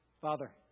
Father